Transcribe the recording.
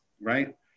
right